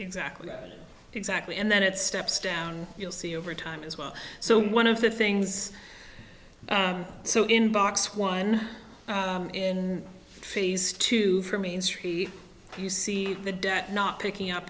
exactly exactly and then it steps down you'll see over time as well so one of the things so in box one in phase two for main street you see the debt not picking up